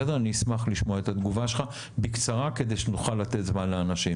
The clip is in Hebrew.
אני אשמח לשמוע את התגובה שלך בקצרה כדי שנוכל לתת זמן לאנשים.